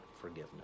forgiveness